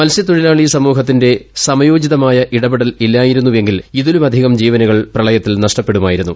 മത്സ്യത്തൊഴിലാളി സമൂഹത്തിന്റെ സമയോചിതമായ ഇടപെടൽ ഇല്ലായിരുന്നെങ്കിൽ ഇതിലുമധികം ജീവനുകൾ പ്രളയത്തിൽ നഷ് ടപ്പെടുമായിരുന്നു